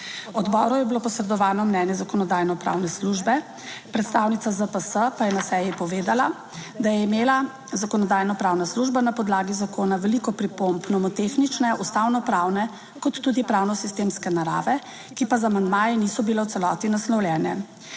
Odboru je bilo posredovano mnenje Zakonodajno pravne službe. Predstavnica ZPS pa je na seji povedala, da je imela Zakonodajno-pravna služba na podlagi zakona veliko pripomb, nomotehnične, ustavno pravne kot tudi pravno sistemske narave, ki pa z amandmaji niso bile v celoti naslovljene.